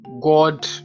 god